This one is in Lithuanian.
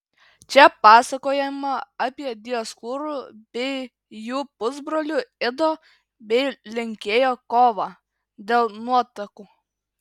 čia pasakojama apie dioskūrų bei jų pusbrolių ido bei linkėjo kovą dėl nuotakų